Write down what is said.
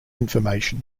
information